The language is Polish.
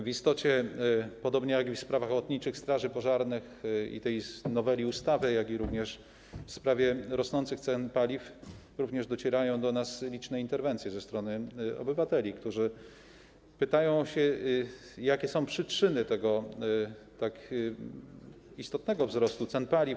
W istocie, podobnie jak w sprawach ochotniczych straży pożarnych i tej noweli ustawy, tak również w sprawie rosnących cen paliw docierają do nas liczne interwencje ze strony obywateli, którzy pytają, jakie są przyczyny tak istotnego wzrostu cen paliw.